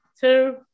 two